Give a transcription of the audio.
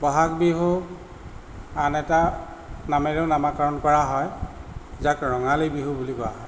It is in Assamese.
বহাগ বিহু আন এটা নামেৰেও নামাকৰণ কৰা হয় যাক ৰঙালী বিহু বুলি কোৱা হয়